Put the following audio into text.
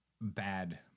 bad